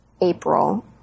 April